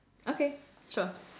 okay sure